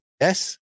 Yes